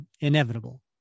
inevitable